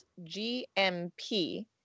GMP